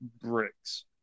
bricks